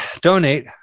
donate